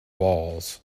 walls